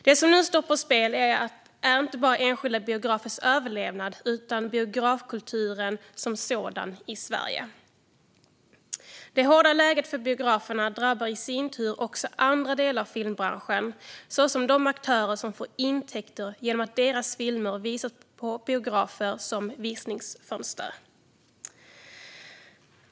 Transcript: Det som nu står på spel är inte bara enskilda biografers överlevnad utan biografkulturen som sådan i Sverige. Det hårda läget för biograferna drabbar i sin tur också andra delar av filmbranschen, såsom de aktörer som får intäkter genom att deras filmer visas på biografer som visningsfönster.